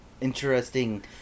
interesting